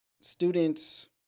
students